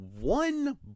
one